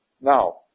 now